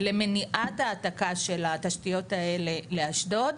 למניעת העתקה של התשתיות האלה לאשדוד,